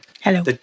Hello